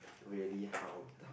really how